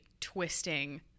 twisting